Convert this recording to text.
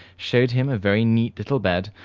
showed him a very neat little bed,